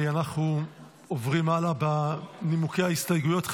אנחנו עוברים הלאה בנימוקי ההסתייגויות.